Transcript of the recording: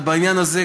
ובעניין הזה,